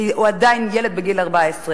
כי הוא ילד בן 14,